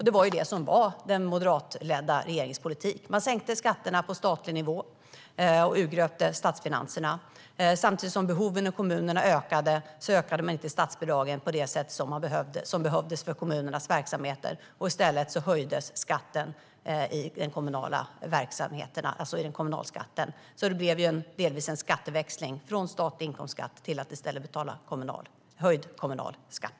Det var den moderatledda regeringens politik: Skatterna sänktes på statlig nivå, och statsfinanserna urgröptes. Samtidigt som behoven i kommunerna ökade skedde inte den ökning av statsbidragen som behövdes för deras verksamheter. I stället höjdes kommunalskatten, så det blev till viss del en skatteväxling från statlig inkomstskatt till höjd kommunalskatt.